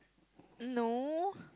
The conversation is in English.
no